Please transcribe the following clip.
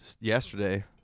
yesterday